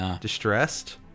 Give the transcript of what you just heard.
distressed